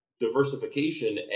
diversification